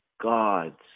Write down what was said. God's